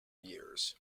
years